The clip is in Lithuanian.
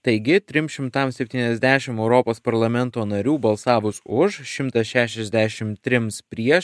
taigi trim šimtam septyniasdešim europos parlamento narių balsavus už šimtas šešiasdešim trims prieš